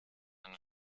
eine